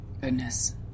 Goodness